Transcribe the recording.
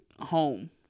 home